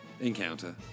Encounter